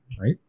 right